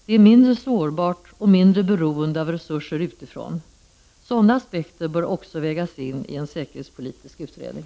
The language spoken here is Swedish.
Det är mindre sårbart och mindre beroende av resurser utifrån. Sådana aspekter bör vägas in i en säkerhetspolitisk utredning.